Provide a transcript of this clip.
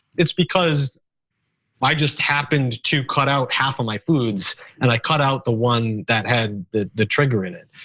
it's because i just happened to cut out half of my foods and i cut out the one that had the the trigger in it.